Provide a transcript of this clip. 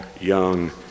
young